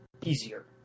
easier